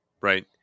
Right